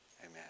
Amen